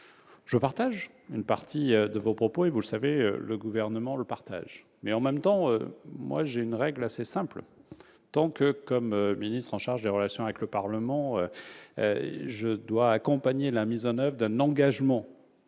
je partage une partie de vos propos et, vous le savez, le Gouvernement également. En même temps, en ce qui me concerne, j'ai une règle assez simple : quand, comme ministre en charge des relations avec le Parlement, je dois accompagner la mise en oeuvre d'un engagement